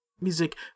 music